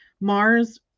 Mars